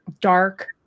dark